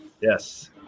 Yes